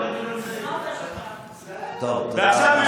טוב, תודה.